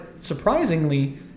surprisingly